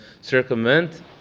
circumvent